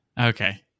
Okay